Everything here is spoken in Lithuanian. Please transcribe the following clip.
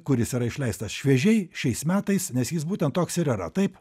kuris yra išleistas šviežiai šiais metais nes jis būtent toks ir yra taip